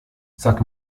sag